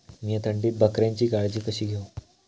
मीया थंडीत बकऱ्यांची काळजी कशी घेव?